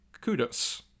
kudos